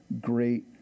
great